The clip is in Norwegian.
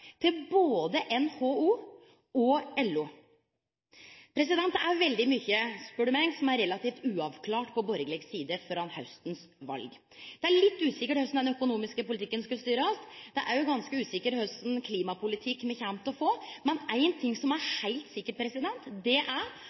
til både NHO og LO. Det er veldig mykje – spør du meg – som er relativt uavklart på borgarleg side føre valet til hausten. Det er litt usikkert korleis den økonomiske politikken skal styrast. Det er òg ganske usikkert kva for klimapolitikk me kjem til å få. Men ein ting som er heilt